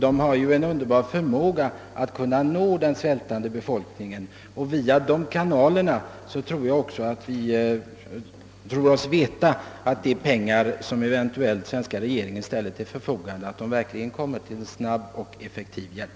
De har ju en underbar förmåga att nå den svältande befolkningen, och vi tror oss veta att de pengar, som den svenska regeringen eventuellt ställer till förfogande, via dessa kanaler verkligen kommer till snabb och effektiv hjälp.